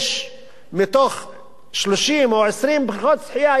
מתוך 30 או 20 בריכות שחייה,